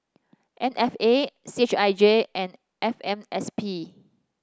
M F A C H I J and F M S P